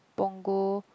Punggol